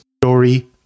Story